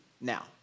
now